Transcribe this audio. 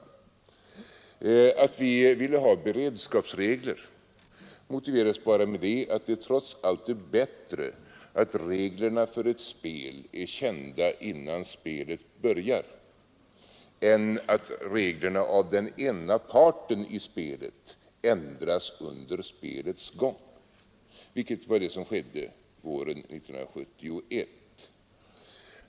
Att vi ville ha beredskapsregler motiverades bara av att det trots allt är bättre att reglerna för ett spel är kända innan spelet börjar än att reglerna av den ena parten i spelet ändras under spelets gång, vilket var vad som skedde våren 1971.